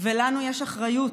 לנו יש אחריות